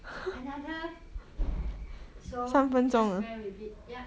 another so just bare with it yup